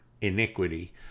iniquity